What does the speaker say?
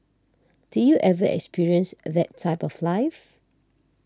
did you ever experience that type of life